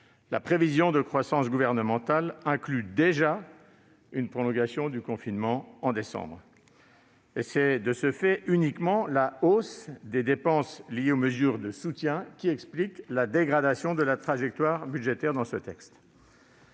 la prévision de croissance gouvernementale inclut déjà une prolongation du confinement en décembre. De ce fait, c'est uniquement la hausse des dépenses liées aux mesures de soutien qui explique la dégradation de la trajectoire budgétaire dans ce texte.